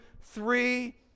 three